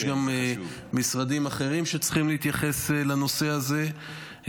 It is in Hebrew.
יש גם משרדים אחרים שצריכים להתייחס לנושא הזה,